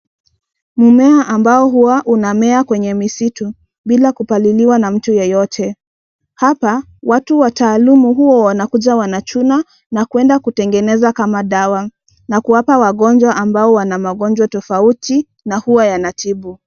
Mmea ambao huwa unamea kwenye misitu, bila kupaliliwa na mtu yeyote. Hapa, watu wataalumu huwa wanakuja wachuna, na kwenda kutengeneza kama dawa, na kuwapa wagonjwa ambao wana magonjwa tofauti, na huwa yanatibu.